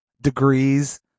degrees